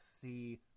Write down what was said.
see –